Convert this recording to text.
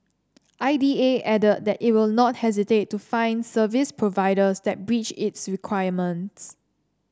I D A added that it will not hesitate to fine service providers that breach its requirements